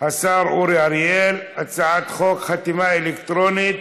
השר אורי אריאל: הצעת חוק חתימה אלקטרונית